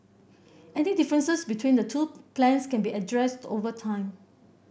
any differences between the two plans can be addressed over time